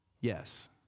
Yes